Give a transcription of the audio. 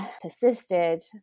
persisted